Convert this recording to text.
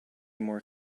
more